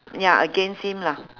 ya against him lah